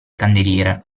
candeliere